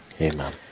Amen